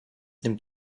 nimmt